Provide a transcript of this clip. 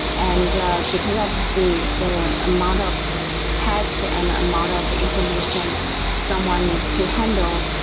and ah because of the the amount of text and amount of information someone needs to handle,